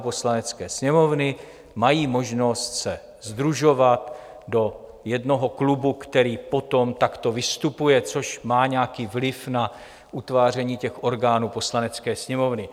Poslanecké sněmovny mají možnost se sdružovat do jednoho klubu, který potom takto vystupuje, což má nějaký vliv na utváření orgánů Poslanecké sněmovny.